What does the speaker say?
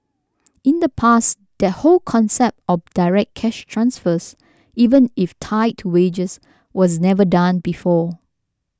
in the past that whole concept of direct cash transfers even if tied to wages was never done before